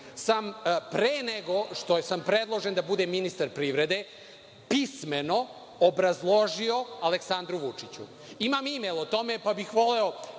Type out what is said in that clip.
pre nego što sam predložen da budem ministar privrede, pismeno obrazložio Aleksandru Vučiću. Imam mejl o tome pa bih voleo